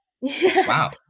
wow